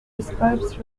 describes